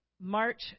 March